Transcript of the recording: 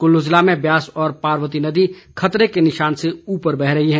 कुल्लू ज़िले में ब्यास व पार्वती नदी खतरे के निशान से ऊपर बह रही हैं